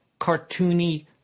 cartoony